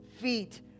feet